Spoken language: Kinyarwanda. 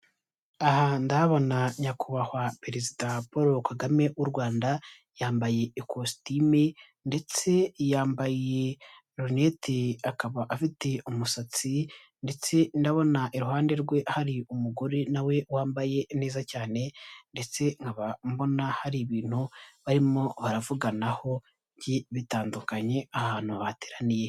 Aha ndabona nyakubahwa perezida Paul Kagame w'u Rwanda yambaye ikositimu ndetse yambaye rinete akaba afite umusatsi, ndetse ndabona iruhande rwe hari umugore nawe wambaye neza cyane ndetse nkaba mbona hari ibintu barimo baravuganaho bitandukanye ahantu bateraniye.